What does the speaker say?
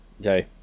Okay